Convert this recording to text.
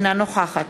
אינה נוכחת